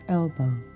elbow